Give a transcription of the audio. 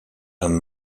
and